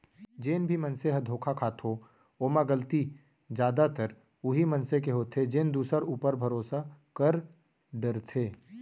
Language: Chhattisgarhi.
जेन भी मनसे ह धोखा खाथो ओमा गलती जादातर उहीं मनसे के होथे जेन दूसर ऊपर भरोसा कर डरथे